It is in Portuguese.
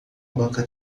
banca